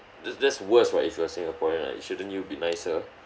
that that's worse what if you're singaporean what shouldn't you be nicer